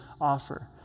offer